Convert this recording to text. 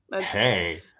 hey